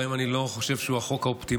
גם אם אני לא חושב שהוא החוק האופטימלי,